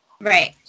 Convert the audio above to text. right